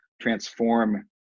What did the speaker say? transform